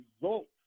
results